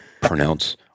pronounce